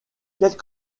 quelles